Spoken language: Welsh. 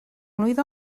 mlwydd